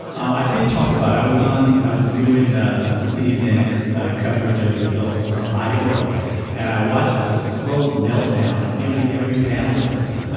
i did talk about i was on i was doing some cnn coverage of the results from iowa and i watched the slow melt down of nearly every panelist